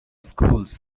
schools